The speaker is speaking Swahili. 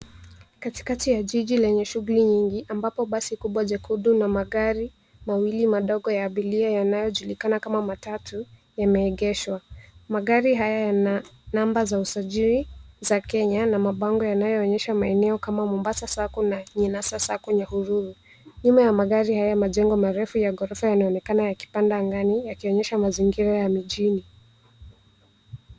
Katikati ya jiji lenye shughuli nyingi ambapo basi kubwa jekundu na magari mawili madogo ya abiria, yanayojulikana kama matatu yameegeshwa. Magari haya yana namba za usajili za Kenya na mabango yanayoonyeshwa maeneo kama Mombasa SACCO na Ninyasa SACCO Nyahururu. Nyuma ya magari hayo, majengo marefu ya ghorofa yanaonekana yakipanda angani yakionyesha mazingira ya mijini.